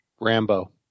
Rambo